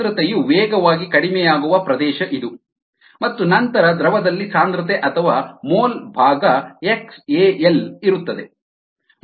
ಸಾಂದ್ರತೆಯು ವೇಗವಾಗಿ ಕಡಿಮೆಯಾಗುವ ಪ್ರದೇಶ ಇದು ಮತ್ತು ನಂತರ ದ್ರವದಲ್ಲಿ ಸಾಂದ್ರತೆ ಅಥವಾ ಮೋಲ್ ಭಾಗ xAL ಇರುತ್ತದೆ